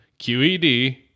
QED